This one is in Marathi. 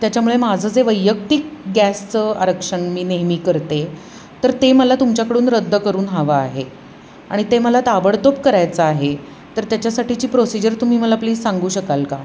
त्याच्यामुळे माझं जे वैयक्तिक गॅसचं आरक्षण मी नेहमी करते तर ते मला तुमच्याकडून रद्द करून हवं आहे आणि ते मला तर ताबडतोब करायचा आहे तर त्याच्यासाठीची प्रोसिजर तुम्ही मला प्लीज सांगू शकाल का